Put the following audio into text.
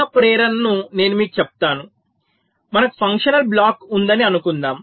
ఉన్న ప్రేరణను నేను మీకు చెప్తాను మనకు ఫంక్షనల్ బ్లాక్ ఉందని అనుకుందాం